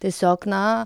tiesiog na